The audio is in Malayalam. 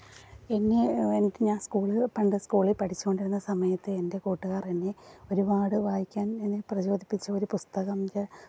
എന്നെ എന്നിട്ട് ഞാൻ സ്കൂളിൽ പണ്ട് സ്കൂളിൽ പഠിച്ചുകൊണ്ടിരുന്ന സമയത്ത് എന്റെ കൂട്ടുകാര് എന്നെ ഒരുപാട് വായിക്കാന് എന്നെ പ്രചോദിപ്പിച്ച ഒരു പുസ്തകം വെച്ചാൽ